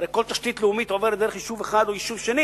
הרי כל תשתית לאומית עוברת דרך יישוב אחד או יישוב שני